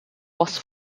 was